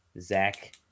Zach